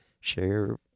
share